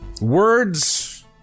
Words